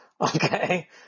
Okay